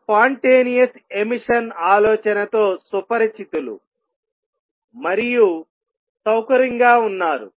spontaneous emission ఆలోచనతో సుపరిచితులు మరియు సౌకర్యంగా ఉన్నారు